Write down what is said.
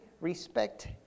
respect